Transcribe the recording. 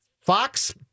Fox